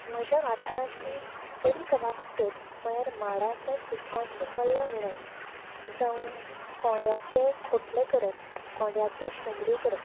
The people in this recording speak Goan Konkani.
म्हज्या वाठारांतली बरी कला कुसर म्हळ्यार माडाच्या चुडटाची मल्लां विणप जावूं कोंड्याचे खोटले करप कोंड्याच्यो शेंदऱ्यो करप